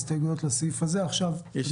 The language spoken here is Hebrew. האם